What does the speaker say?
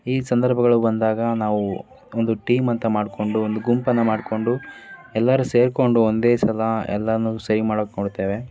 ಈ ಸಂದರ್ಭಗಳು ಬಂದಾಗ ನಾವು ಒಂದು ಟೀಮ್ ಅಂತ ಮಾಡಿಕೊಂಡು ಒಂದು ಗುಂಪನ್ನು ಮಾಡಿಕೊಂಡು ಎಲ್ಲರೂ ಸೇರಿಕೊಂಡು ಒಂದೇ ಸಲ ಎಲ್ಲನೂ ಸಹಿ ಮಾಡೋಕೆ ನೋಡ್ತೇವೆ